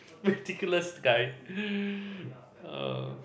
ridiculous guy